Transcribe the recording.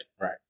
Right